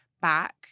back